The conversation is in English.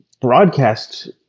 broadcast